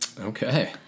Okay